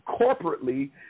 corporately